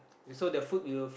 so the food will